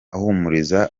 ahumuriza